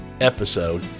episode